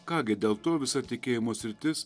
ką gi dėl to visa tikėjimo sritis